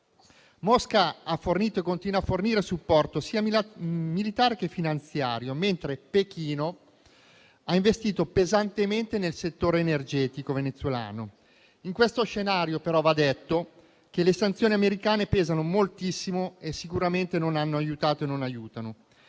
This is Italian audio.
Mosca ha fornito e continua a fornire supporto sia militare che finanziario, mentre Pechino ha investito pesantemente nel settore energetico venezuelano. In questo scenario, però, va detto che le sanzioni americane pesano moltissimo e sicuramente non hanno aiutato e non aiutano.